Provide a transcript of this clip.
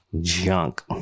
junk